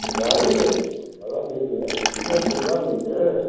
नहीं कुछ ज़्यादा नहीं है इसी की सुबिधा देंगे